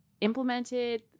implemented